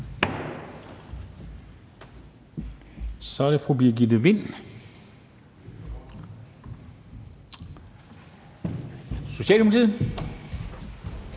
Så er det fru Birgitte Vind, Socialdemokratiet.